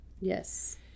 Yes